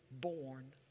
born